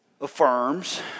affirms